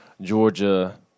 Georgia